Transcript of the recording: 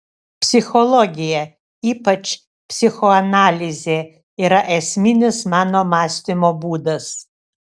psichologija ypač psichoanalizė yra esminis mano mąstymo būdas